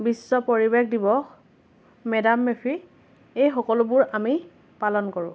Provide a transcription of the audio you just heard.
বিশ্ব পৰিৱেশ দিৱস মেদাম মে ফি এই সকলোবোৰ আমি পালন কৰোঁ